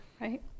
right